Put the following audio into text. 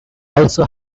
also